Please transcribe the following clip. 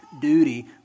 duty